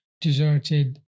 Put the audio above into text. deserted